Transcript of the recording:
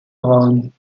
braun